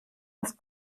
ist